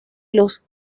los